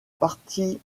partie